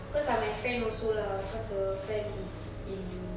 cause ah my friend also lah cause her friend is in